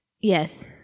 Yes